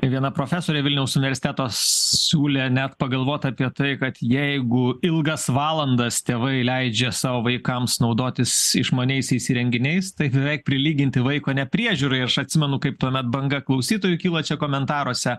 viena profesorė vilniaus universiteto siūlė net pagalvot apie tai kad jeigu ilgas valandas tėvai leidžia savo vaikams naudotis išmaniaisiais įrenginiais tai beveik prilyginti vaiko nepriežiūrai aš atsimenu kaip tuomet banga klausytojų kilo čia komentaruose